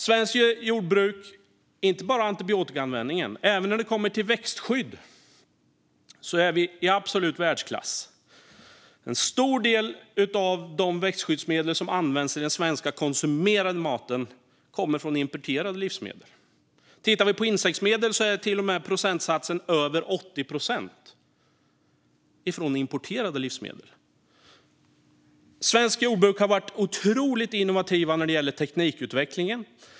Svenskt jordbruk är i absolut världsklass, inte bara när det gäller antibiotikaanvändningen utan även när det gäller växtskydd. En stor del av de växtskyddsmedel som används i den svenska konsumerade maten kommer från importerade livsmedel. För insektsmedel är procentsatsen till och med över 80 procent från importerade livsmedel. Svenskt jordbruk har varit otroligt innovativt när det gäller teknikutvecklingen.